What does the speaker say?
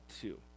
two